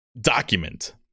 document